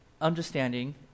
understanding